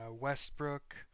Westbrook